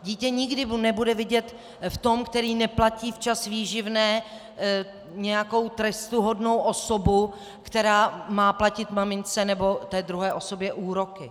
Dítě nikdy nebude vidět v tom, který neplatí včas výživné, nějakou trestuhodnou osobu, která má platit mamince, nebo té druhé osobě úroky.